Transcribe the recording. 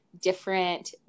different